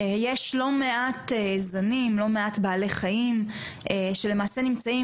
יש לא מעט זנים, לא מעט בעלי חיים, שלמעשה נמצאים